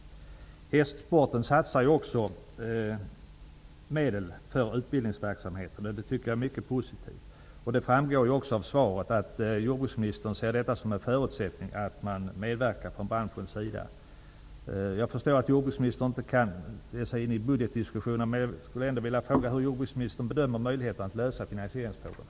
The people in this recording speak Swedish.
Hästsporten satsar också medel på utbildningsverksamheten, och det tycker jag är mycket positivt. Det framgår även av svaret att jordbruksministern ser det som en förutsättning att man medverkar från branschens sida. Jag förstår att jordbruksministern inte kan ge sig in i budgetdiskussionen. Men jag skulle ändå vilja fråga hur jordbruksministern bedömer möjligheterna att reda ut finansieringsfrågorna?